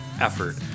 effort